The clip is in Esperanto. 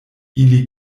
ili